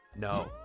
No